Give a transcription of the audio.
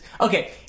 okay